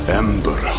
ember